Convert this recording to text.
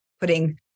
putting